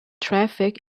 traffic